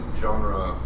genre